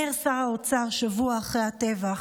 אומר שר האוצר שבוע אחרי הטבח: